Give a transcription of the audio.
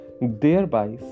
thereby